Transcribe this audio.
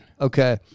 Okay